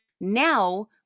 Now